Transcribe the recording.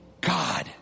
God